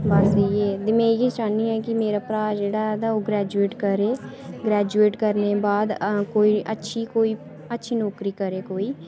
ते बस इ'यै ते में इ'यै चाह्न्नी आं कि मेरा भ्राऽ जेह्ड़ा ऐ तां ओह् ग्रेजूएट करै ग्रेजूएट करने दे बाद कोई अच्छी कोई अच्छी नौकरी करै कोई